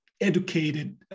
educated